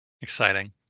Exciting